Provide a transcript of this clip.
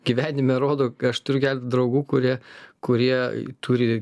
gyvenime rodo aš turiu keletą draugų kurie kurie turi